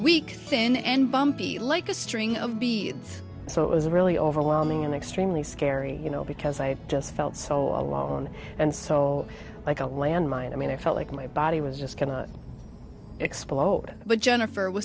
weak thin and bumpy like a string of beads so it was a really overwhelming and extremely scary you know because i just felt so alone and so like a landmine i mean i felt like my body was just going to explode but jennifer wi